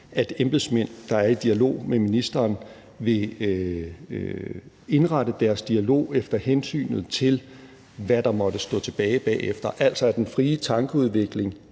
at embedsmænd, der er i dialog med en minister, vil indrette deres dialog efter hensynet til, hvad der måtte stå tilbage bagefter, altså at den frie tankeudvikling